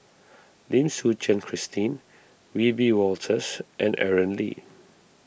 Lim Suchen Christine Wiebe Wolters and Aaron Lee